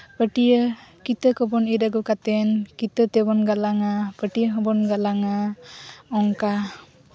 ᱯᱟᱹᱴᱭᱟᱹ ᱠᱤᱛᱟᱹ ᱠᱚᱵᱚᱱ ᱜᱮᱫ ᱟᱹᱜᱩ ᱠᱟᱛᱮᱫ ᱠᱤᱛᱟᱹ ᱛᱮᱵᱚᱱ ᱜᱟᱞᱟᱝᱼᱟ ᱯᱟᱹᱴᱭᱟᱹ ᱦᱚᱸᱵᱚᱱ ᱜᱟᱞᱟᱝᱟ ᱚᱱᱠᱟ